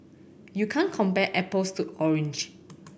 you can't compare apples to orange